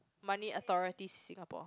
Money Authority Singapore